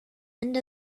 end